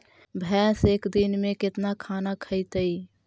भैंस एक दिन में केतना खाना खैतई?